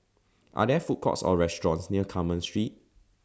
Are There Food Courts Or restaurants near Carmen Street